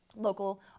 local